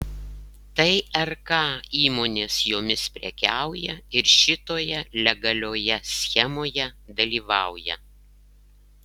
tai rk įmonės jomis prekiauja ir šitoje legalioje schemoje dalyvauja